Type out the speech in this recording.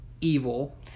evil